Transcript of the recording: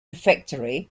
refectory